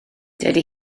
dydy